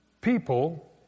people